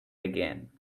again